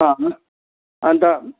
अन्त